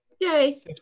Yay